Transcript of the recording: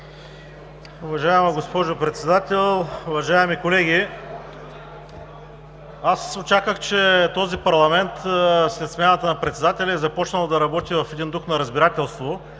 Уважаема госпожо Председател, уважаеми колеги! Очаквах, че този парламент, със смяната на председателя, е започнал да работи в дух на разбирателство.